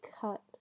cut